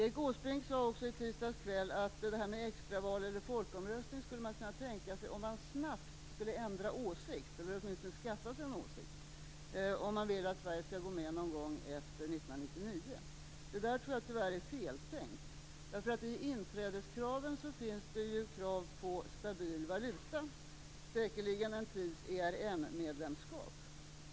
Erik Åsbrink sade också i tisdagskväll att extraval och folkomröstning skulle man kunna tänka sig om man snabbt skulle ändra åsikt, eller åtminstone skaffa sig en åsikt, och vill att Sverige skall gå med någon gång efter 1999. Det tror jag tyvärr är feltänkt. I inträdeskraven finns det krav på stabil valuta, säkerligen en tids ERM-medlemskap.